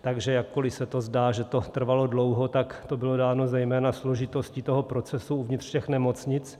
Takže jakkoli se zdá, že to trvalo dlouho, tak to bylo dáno zejména složitostí toho procesu uvnitř těch nemocnic.